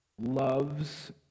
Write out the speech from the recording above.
loves